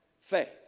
faith